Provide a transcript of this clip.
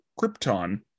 krypton